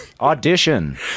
Audition